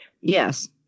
Yes